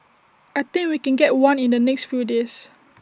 I think we can get one in the next few days